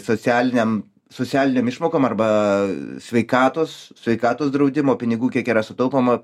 socialiniam socialinėm išmokom arba sveikatos sveikatos draudimo pinigų kiek yra sutaupoma